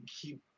keep